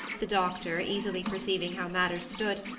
the doctor, easily perceiving how matters stood,